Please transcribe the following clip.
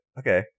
okay